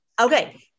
Okay